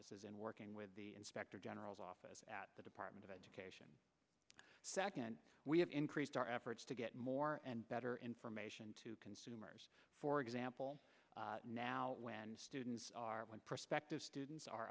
this is in working with the inspector general's office at the department of education second we have increased our efforts to get more and better information to consumers for example now when students are prospective students are